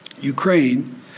Ukraine